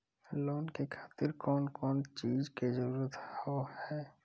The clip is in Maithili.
लोन के खातिर कौन कौन चीज के जरूरत हाव है?